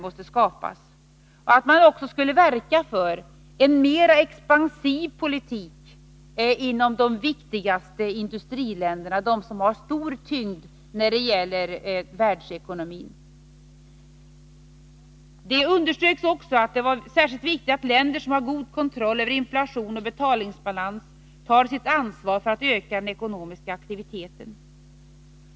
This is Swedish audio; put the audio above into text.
Man skulle också verka för en mer expansiv politik inom de viktigaste industriländerna, de som har stor tyngd när det gäller världsekonomin. Det underströks också att länder som har god kontroll över inflation och betalningsbalans måste ta sitt ansvar för att öka den ekonomiska aktiviteten.